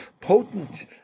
potent